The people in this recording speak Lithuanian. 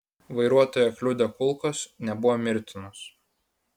vairuotoją kliudę kulkos nebuvo mirtinos